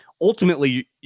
ultimately